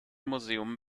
museum